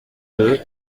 deux